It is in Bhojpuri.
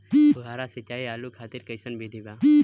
फुहारा सिंचाई आलू खातिर कइसन विधि बा?